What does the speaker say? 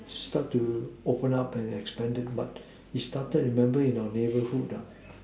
start to open up and expanded but it started remember in our neighbourhood ah